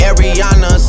Ariana